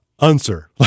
Answer